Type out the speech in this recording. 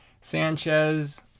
Sanchez